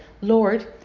Lord